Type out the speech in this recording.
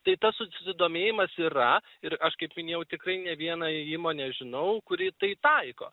tai tas susidomėjimas yra ir aš kaip minėjau tikrai ne vieną įmonę žinau kuri tai taiko